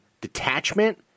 detachment